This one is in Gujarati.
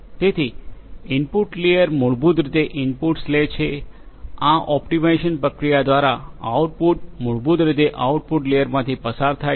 તેથી ઇનપુટ લેયર મૂળભૂત રીતે ઇનપુટ્સ લે છે આ ઓપ્ટિમાઇઝેશન પ્રક્રિયા દ્વારા આઉટપુટ મૂળભૂત રીતે આઉટપુટ લેયરમાંથી પસાર થાય છે